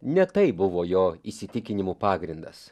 ne tai buvo jo įsitikinimų pagrindas